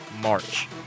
March